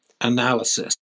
analysis